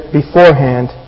beforehand